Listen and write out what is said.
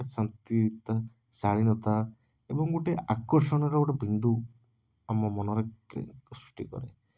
ଶାନ୍ତିତା ଶାଳୀନତା ଏବଂ ଗୋଟେ ଆକର୍ଷଣର ବିନ୍ଦୁ ଆମ ମନରେ ସୃଷ୍ଟି କରେ